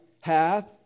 hath